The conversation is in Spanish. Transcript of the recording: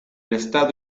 estado